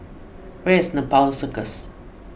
where is Nepal Circus